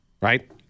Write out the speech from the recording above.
Right